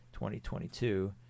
2022